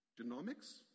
Genomics